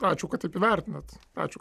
ačiū kad taip įvertinat ačiū